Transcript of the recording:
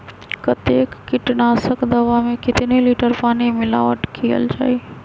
कतेक किटनाशक दवा मे कितनी लिटर पानी मिलावट किअल जाई?